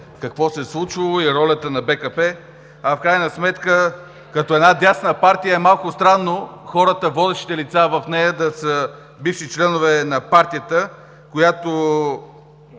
какво се е случвало и ролята на БКП, в крайна сметка, като една дясна партия е малко странно хората, водещите лица в нея, да са бивши членове на партията, в която,